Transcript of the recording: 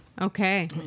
okay